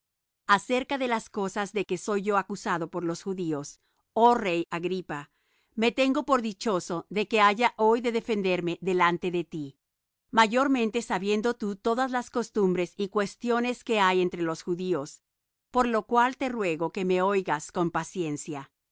acerca de todas las cosas de que soy acusado por los judíos oh rey agripa me tengo por dichoso de que haya hoy de defenderme delante de ti mayormente sabiendo tú todas las costumbres y cuestiones que hay entre los judíos por lo cual te ruego que me oigas con paciencia